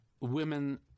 women